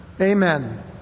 amen